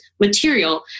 material